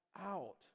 out